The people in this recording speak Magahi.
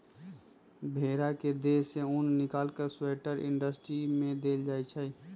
भेड़ा के देह से उन् निकाल कऽ स्वेटर इंडस्ट्री में देल जाइ छइ